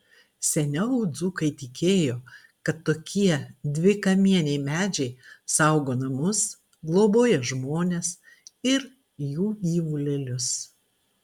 seniau dzūkai tikėjo kad tokie dvikamieniai medžiai saugo namus globoja žmones ir jų gyvulėlius